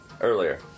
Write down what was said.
earlier